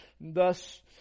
thus